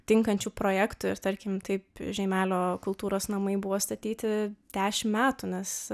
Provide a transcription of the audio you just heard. tinkančių projektų ir tarkim taip žeimelio kultūros namai buvo statyti dešim metų nes